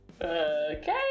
Okay